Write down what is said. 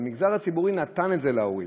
המגזר הציבורי נתן את זה להורים,